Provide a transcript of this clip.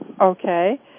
Okay